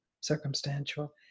circumstantial